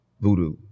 voodoo